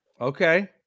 Okay